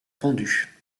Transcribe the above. pendue